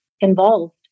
involved